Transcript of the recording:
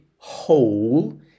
hole